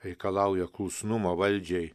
reikalauja klusnumo valdžiai